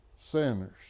sinners